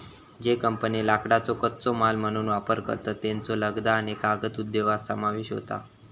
ज्ये कंपन्ये लाकडाचो कच्चो माल म्हणून वापर करतत, त्येंचो लगदा आणि कागद उद्योगात समावेश होता